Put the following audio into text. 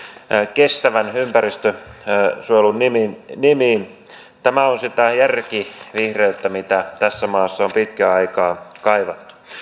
kestävän ympäristönsuojelun nimiin tämä on sitä järkivihreyttä mitä tässä maassa on pitkän aikaa kaivattu